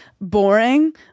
boring